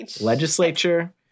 legislature